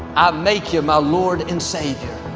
make you my lord and savior.